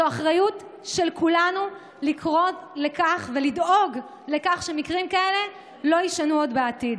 זו אחריות של כולנו לקרוא לכך ולדאוג לכך שמקרים כאלה לא יישנו בעתיד.